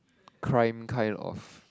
crime kind of